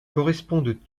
correspondent